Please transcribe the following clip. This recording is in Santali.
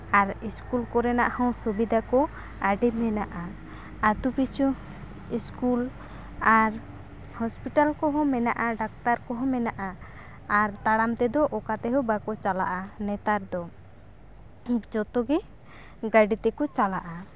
ᱟᱨ ᱥᱠᱩᱞ ᱠᱚᱨᱮᱱᱟᱜ ᱦᱚᱸ ᱥᱩᱵᱤᱫᱟ ᱠᱚ ᱟᱹᱰᱤ ᱢᱮᱱᱟᱜᱼᱟ ᱟᱹᱛᱩ ᱯᱤᱪᱷᱩ ᱥᱠᱩᱞ ᱟᱨ ᱦᱚᱥᱯᱤᱴᱟᱞ ᱠᱚᱦᱚᱸ ᱢᱮᱱᱟᱜᱼᱟ ᱰᱟᱠᱛᱟᱨ ᱠᱚᱦᱚᱸ ᱢᱮᱱᱟᱜᱼᱟ ᱟᱨ ᱛᱟᱲᱟᱢ ᱛᱮᱫᱚ ᱚᱠᱟ ᱛᱮᱦᱚᱸ ᱵᱟᱠᱚ ᱪᱟᱞᱟᱜᱼᱟ ᱱᱮᱛᱟᱨ ᱫᱚ ᱡᱚᱛᱚ ᱜᱮ ᱜᱟᱹᱰᱤ ᱛᱮᱠᱚ ᱪᱟᱞᱟᱜᱼᱟ